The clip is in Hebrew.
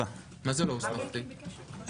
הישיבה ננעלה בשעה 11:18.